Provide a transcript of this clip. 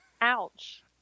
Ouch